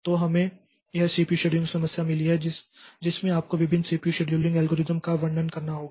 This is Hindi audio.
तो हमें यह सीपीयू शेड्यूलिंग समस्या मिली है जिसमें आपको विभिन्न सीपीयू शेड्यूलिंग एल्गोरिदम का वर्णन करना होगा